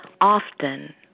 often